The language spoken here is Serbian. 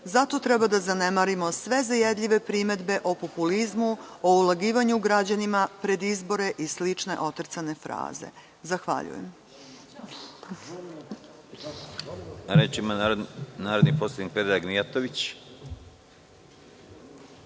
Zato treba da zanemarimo sve zajedljive primedbe o populizmu, o ulagivanju građanima pred izbore i slične otrcane fraze. Zahvaljujem.